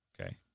Okay